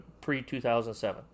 pre-2007